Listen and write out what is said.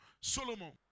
Solomon